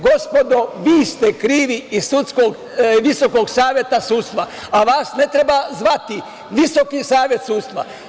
Gospodo, vi ste krivi iz Visokog saveta sudstva, a vas ne treba zvati Visoki savet sudstva.